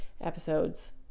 episodes